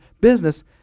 business